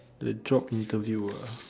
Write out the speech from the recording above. the job interview ah